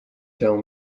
tell